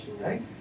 right